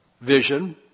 vision